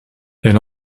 elle